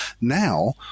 Now